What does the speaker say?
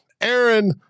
Aaron